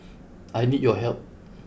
I need your help